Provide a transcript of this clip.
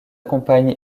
compagne